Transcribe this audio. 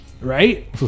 right